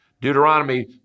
Deuteronomy